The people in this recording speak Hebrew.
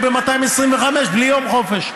או ב-225% בלי יום חופש.